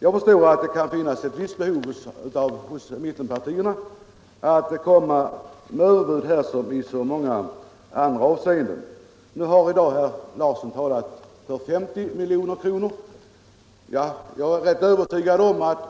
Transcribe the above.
Jag förstår att det kan finnas ett visst behov hos mittenpartierna av att här komma med överbud som i så många andra avseenden. Nu har herr Larsson talat för 50 milj.kr.